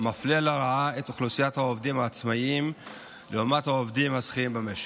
מפלה לרעה את אוכלוסיית העובדים העצמאים לעומת העובדים השכירים במשק,